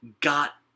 got